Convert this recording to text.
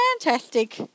fantastic